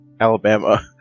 Alabama